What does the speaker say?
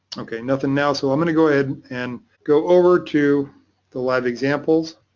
okay nothing now so i'm gonna go ahead and go over to the live examples.